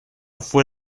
fue